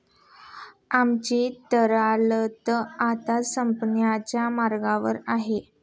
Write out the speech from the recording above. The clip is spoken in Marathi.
आमची तरलता आता संपण्याच्या मार्गावर आहे